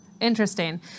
Interesting